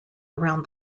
around